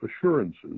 assurances